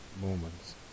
moments